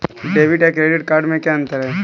Debit या credit card में क्या अन्तर है?